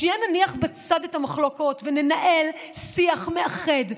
שנייה נניח בצד את המחלוקות וננהל שיח מאחד,